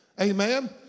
Amen